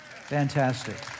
fantastic